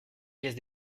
pièce